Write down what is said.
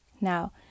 now